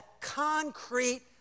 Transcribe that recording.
concrete